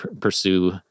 pursue